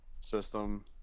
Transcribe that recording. system